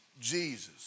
Jesus